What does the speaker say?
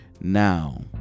Now